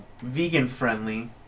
vegan-friendly